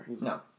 No